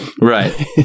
Right